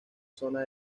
zona